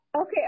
Okay